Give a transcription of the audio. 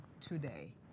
today